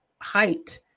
height